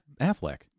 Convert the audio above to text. Affleck